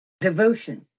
devotion